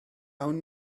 awn